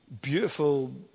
beautiful